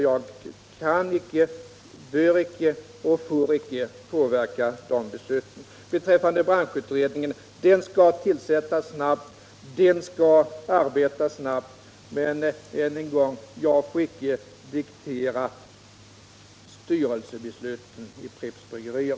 Jag kan icke, bör icke och får icke påverka de besluten. Branschutredningen skall tillsättas snabbt och arbeta snabbt. Men — jag vill säga detta än en gång — jag får icke diktera styrelsebesluten i Pripps Bryggerier.